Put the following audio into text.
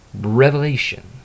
Revelation